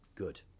Good